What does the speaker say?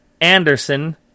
Anderson